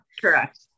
Correct